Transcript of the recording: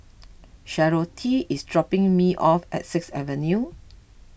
Charlottie is dropping me off at Sixth Avenue